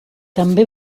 també